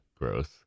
gross